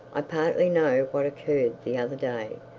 i partly know what occurred the other day,